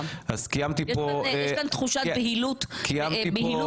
אז קיימתי פה --- יש כאן תחושת בהילות מה.